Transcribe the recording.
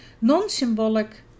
non-symbolic